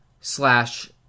slash